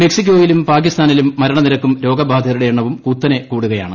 മെക്സികോയിലും പാകിസ്ഥാനിലും മരണനിരക്കും രോഗബാധിതരുടെ എണ്ണവും കുത്തനെ കൂടുകയാണ്